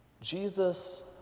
Jesus